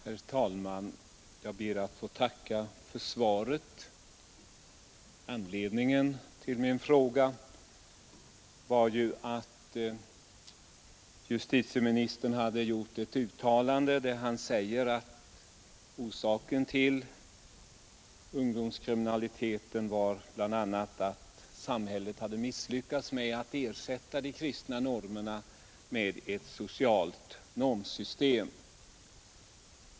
Herr talman! Jag ber att få tacka för svaret. Anledningen till min interpellation var ju att justitieministern hade gjort ett uttalande, där han säger att orsaken till ungdomskriminaliteten bl.a. var att samhället misslyckats med att ersätta de kristna normerna med ett socialt normsystem.